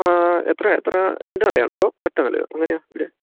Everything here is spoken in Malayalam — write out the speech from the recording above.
ആ എത്ര എത്ര രണ്ട് നിലയാണോ അതോ ഒറ്റ നിലയോ എങ്ങനെയാണു വീട്